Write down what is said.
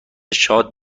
شاد